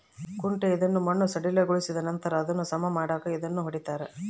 ಕುಂಟೆ ಇದನ್ನು ಮಣ್ಣು ಸಡಿಲಗೊಳಿಸಿದನಂತರ ಅದನ್ನು ಸಮ ಮಾಡಾಕ ಇದನ್ನು ಹೊಡಿತಾರ